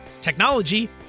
technology